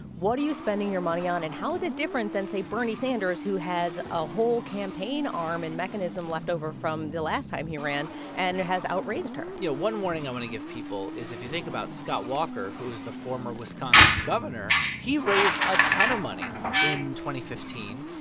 what are you spending your money on, and how is it different than, say, bernie sanders, who has a whole campaign arm and mechanism left over from the last time he ran and has outraised her? yeah. one warning i want to give people is if you think about scott walker, who is the former wisconsin governor, he raised a ton of money fifteen,